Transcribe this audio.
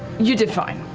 you did fine.